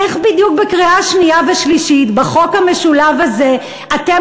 איך בדיוק בקריאה שנייה ושלישית בחוק המשולב הזה אתם